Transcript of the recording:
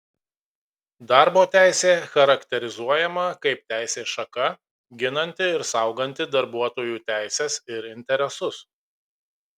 darbo teisė charakterizuojama kaip teisės šaka ginanti ir sauganti darbuotojų teises ir interesus